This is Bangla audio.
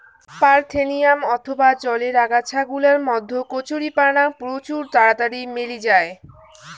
পারথেনিয়াম অথবা জলের আগাছা গুলার মধ্যে কচুরিপানা প্রচুর তাড়াতাড়ি মেলি জায়